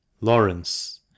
Lawrence